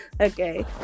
okay